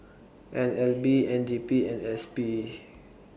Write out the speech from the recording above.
N L B N D P and S P